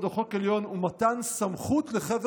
כ'חוק-יסוד' או 'חוק עליון' ומתן סמכות לחבר